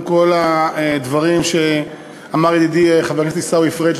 כל הדברים שאמר חברי חבר הכנסת עיסאווי פריג',